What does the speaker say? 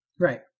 Right